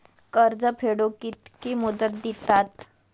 कर्ज फेडूक कित्की मुदत दितात?